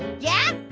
yeah?